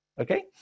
Okay